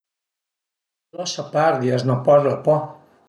Lasa perdi, a s'na parla pa